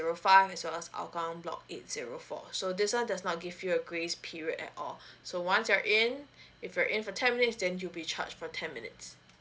five as well as hougang block eight zero four so this one does not give you a grace period at all so once you're in if you're in for ten minutes then you'll be charge for ten minutes